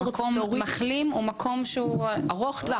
מחלים זו הגדרה שהיא ארוכת טווח.